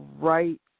right